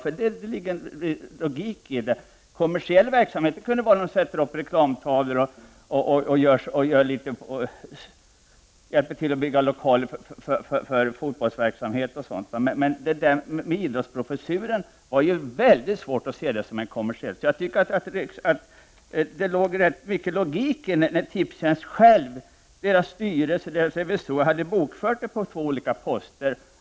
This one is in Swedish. Det ligger en viss logik i det. Kommersiell verksamhet är det om man sätter upp reklamtavlor och hjälper till att bygga lokaler för fotbollsverksamhet etc. En idrottsprofessur har jag dock mycket svårt att se som kommersiell v””ksamhet. Jag tycker att det var helt logiskt att Tipstjänsts styrelse och revisorer hade bokfört det på två olika poster.